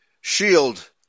shield